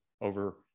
over